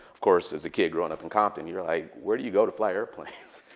of course, as a kid growing up in compton, you're like, where do you go to fly airplanes?